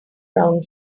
around